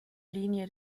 linie